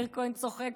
מאיר כהן צוחק,